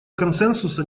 консенсуса